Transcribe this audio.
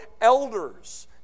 elders